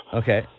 okay